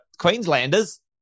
Queenslanders